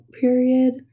period